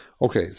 Okay